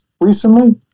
recently